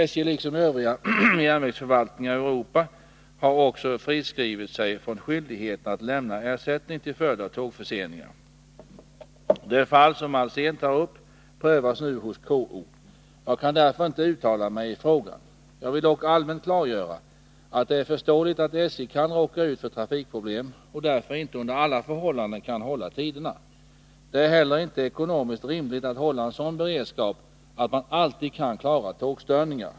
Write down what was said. SJ, liksom övriga järnvägsförvaltningar i Europa, har också friskrivit sig från skyldigheten att lämna ersättning till följd av tågförseningar. Det fall som Hans Alsén tar upp prövas nu hos KO. Jag kan därför inte uttala mig i frågan. Jag vill dock allmänt klargöra att det är förståeligt att SJ kan råka ut för trafikproblem och därför inte under alla förhållanden kan hålla tiderna. Det är heller inte ekonomiskt rimligt att hålla en sådan beredskap att man alltid kan klara tågstörningar.